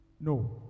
No